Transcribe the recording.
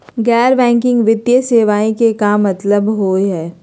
गैर बैंकिंग वित्तीय सेवाएं के का मतलब होई हे?